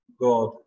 God